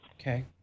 Okay